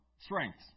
strengths